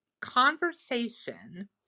conversation